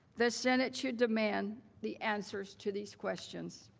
the senate should demand the answers to these questions.